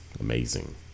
amazing